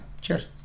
Cheers